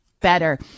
better